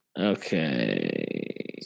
Okay